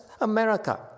America